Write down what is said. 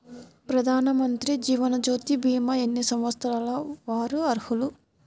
ప్రధానమంత్రి జీవనజ్యోతి భీమా ఎన్ని సంవత్సరాల వారు అర్హులు?